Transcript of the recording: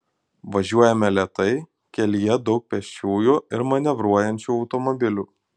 važiuojame lėtai kelyje daug pėsčiųjų ir manevruojančių automobilių